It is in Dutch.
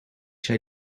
jij